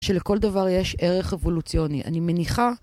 שלכל דבר יש ערך אבולוציוני. אני מניחה...